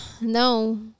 no